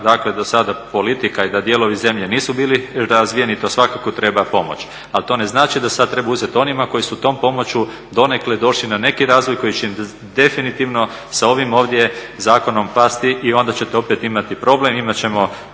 loša do sada politika i da dijelovi zemlje nisu bili razvijeni to svakako treba pomoći, ali to ne znači da sad treba uzet onima koji su tom pomoću donekle došli na neki razvoj koji će im definitivno sa ovim ovdje zakonom pasti i onda ćete opet imati problem, imat ćemo